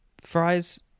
fries